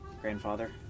Grandfather